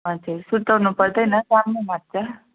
हजुर सुर्ताउनु पर्दैन राम्रो नाच्छ